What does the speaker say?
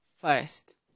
first